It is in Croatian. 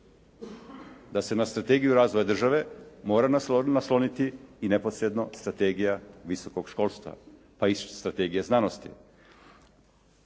da se na Strategiju razvoja države mora nasloniti neposredno i Strategija visokog školstva, pa i Strategija znanosti.